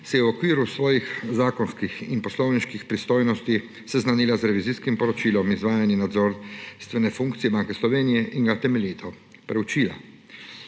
se je v okviru svojih zakonskih in poslovniških pristojnosti seznanila z revizijskim poročilom izvajanja nadzorstvene funkcije Banke Slovenije in ga temeljito preučila.